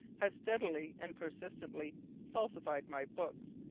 has steadily and persistently falsified my books,